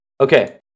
Okay